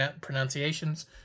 pronunciations